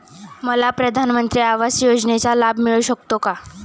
मला प्रधानमंत्री आवास योजनेचा लाभ मिळू शकतो का?